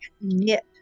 knit